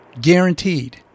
guaranteed